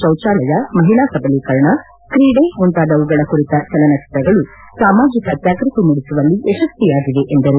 ಶೌಚಾಲಯ ಮಹಿಳಾ ಸಬಲೀಕರಣ ಕ್ರೀಡೆ ಮುಂತಾದವುಗಳ ಕುರಿತ ಚಲನಚಿತ್ರಗಳು ಸಾಮಾಜಿಕ ಜಾಗ್ಯತಿ ಮೂಡಿಸುವಲ್ಲಿ ಯಶಸ್ವಿಯಾಗಿವೆ ಎಂದರು